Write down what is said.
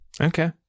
Okay